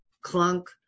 Clunk